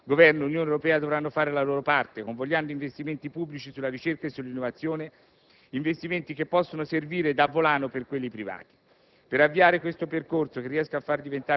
Naturalmente - dice la dottoressa Marcegaglia - Governo ed Unione Europea dovranno fare la loro parte convogliando investimenti pubblici sulla ricerca e sull' innovazione, investimenti che possono servire da volano per quelli privati.